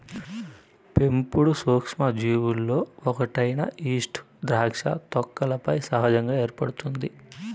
పెంపుడు సూక్ష్మజీవులలో ఒకటైన ఈస్ట్ ద్రాక్ష తొక్కలపై సహజంగా ఏర్పడుతుంది